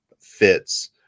fits